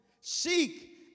Seek